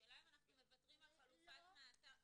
השאלה אם אנחנו מוותרים על חלופת מעצר --- לא,